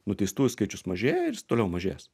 nuteistųjų skaičius mažėja ir jis toliau mažės